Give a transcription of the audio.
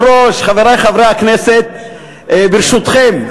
אדוני היושב-ראש, חברי חברי הכנסת, ברשותכם,